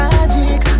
Magic